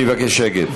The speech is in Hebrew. אני מבקש שקט.